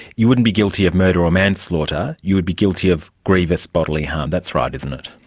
you wouldn't be guilty of murder or manslaughter, you would be guilty of grievous bodily harm, that's right isn't it?